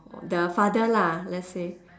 the father lah let's say